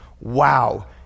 wow